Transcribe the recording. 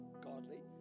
godly